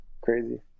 crazy